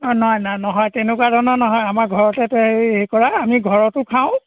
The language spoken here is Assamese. অঁ নাই নাই নহয় তেনেকুৱা ধৰণৰ নহয় আমাৰ ঘৰতে এইটো হেৰি হেৰি কৰা আমি ঘৰতো খাওঁ